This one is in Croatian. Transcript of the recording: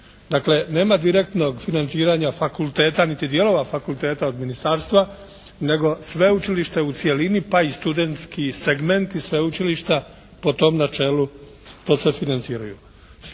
Dakle, nema direktnog financiranja fakulteta niti dijelova fakulteta od ministarstva nego sveučilište u cjelini pa i studentski segmenti sveučilišta po tom načelu to sve financiraju.